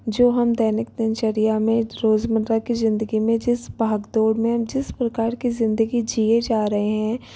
जो हम दैनिक दिनचर्या में रोज़गार की ज़िंदगी में जिस भाग दौड़ में जिस प्रकार की ज़िंदगी जिए जा रहे हैं